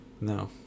no